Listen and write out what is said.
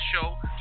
show